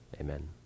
amen